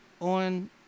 on